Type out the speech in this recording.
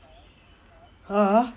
(uh huh)